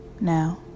now